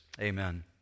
Amen